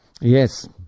yes